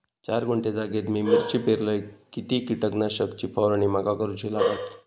चार गुंठे जागेत मी मिरची पेरलय किती कीटक नाशक ची फवारणी माका करूची लागात?